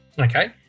okay